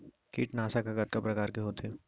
कीटनाशक ह कतका प्रकार के होथे?